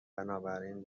بنابراین